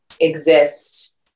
exist